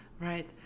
right